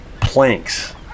planks